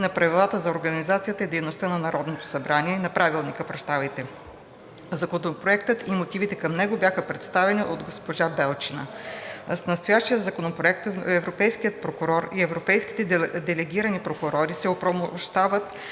на Правилника за организацията и дейността на Народното събрание. Законопроектът и мотивите към него бяха представени от госпожа Белчина. С настоящия законопроект европейският прокурор и европейските делегирани прокурори се оправомощават